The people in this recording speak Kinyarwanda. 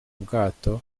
bwato